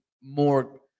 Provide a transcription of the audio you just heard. more